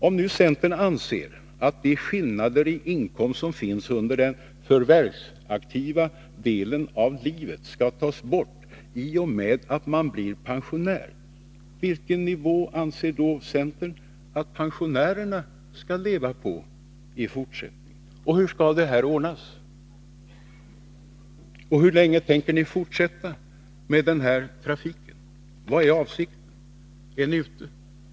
Om nu centern anser att de skillnader i inkomst som finns under den förvärvsaktiva delen av livet skall tas bort i och med att man blir pensionär, vilken nivå anser då centern att pensionärerna skall leva på i fortsättningen? Hur skall detta ordnas? Och hur länge tänker ni fortsätta med denna trafik? Vad är avsikten?